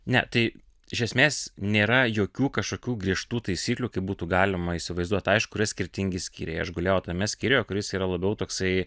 ne tai iš esmės nėra jokių kažkokių griežtų taisyklių kaip būtų galima įsivaizduot aišku yra skirtingi skyriai aš gulėjau tame skyriuje kuris yra labiau toksai